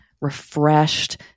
refreshed